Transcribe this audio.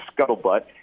scuttlebutt